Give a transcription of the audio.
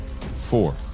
four